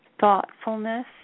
thoughtfulness